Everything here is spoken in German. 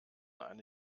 eine